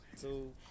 Two